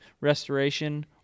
restoration